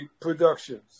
Productions